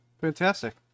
Fantastic